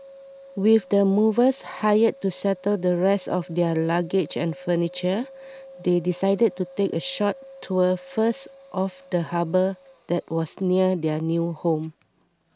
with the movers hired to settle the rest of their luggage and furniture they decided to take a short tour first of the harbour that was near their new home